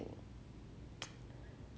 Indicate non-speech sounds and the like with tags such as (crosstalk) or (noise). (noise)